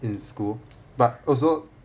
in school but also